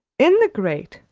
in the grate,